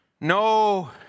No